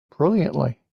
brilliantly